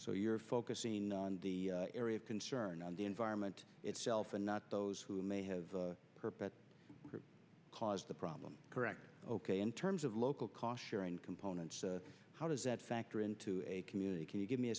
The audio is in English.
so you're focusing on the area of concern on the environment itself and not those who may have purpose caused the problem correctly ok in terms of local cost sharing components how does that factor into a community can you give me a